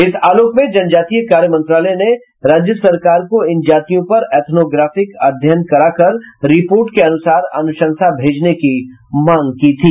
इस आलोक में जनजातीय कार्य मंत्रालय ने राज्य सरकार को इन जातियों पर इथनोग्राफिक अध्ययन कराकर रिपोर्ट के अनुसार अनुशंसा भेजने की मांग की थी